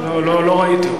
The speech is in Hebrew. בבקשה.